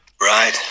right